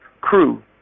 crew